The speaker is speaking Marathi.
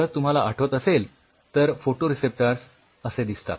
जर तुम्हाला आठवत असेल तर फ़ोटोरिसेप्टर्स असे दिसतात